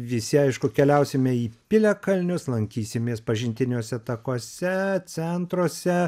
visi aišku keliausime į piliakalnius lankysimės pažintiniuose takuose centruose